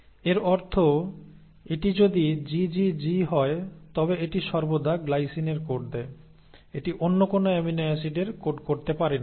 এর অর্থ এটি যদি GGG হয় তবে এটি সর্বদা গ্লাইসিনের কোড দেয় এটি অন্য কোনও অ্যামিনো অ্যাসিডের কোড করতে পারে না